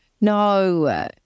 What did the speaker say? No